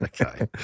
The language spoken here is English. Okay